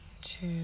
two